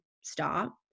stop